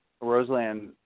Roseland